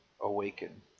awaken